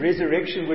resurrection